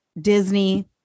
Disney